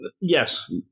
yes